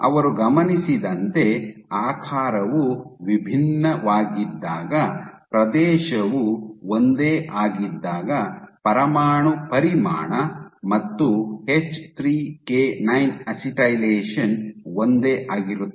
ಅವರು ಗಮನಿಸಿದಂತೆ ಆಕಾರವು ವಿಭಿನ್ನವಾಗಿದ್ದಾಗ ಪ್ರದೇಶವು ಒಂದೇ ಆಗಿದ್ದಾಗ ಪರಮಾಣು ಪರಿಮಾಣ ಮತ್ತು ಎಚ್3ಕೆ9 ಅಸಿಟೈಲೇಷನ್ ಒಂದೇ ಆಗಿರುತ್ತದೆ